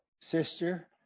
sister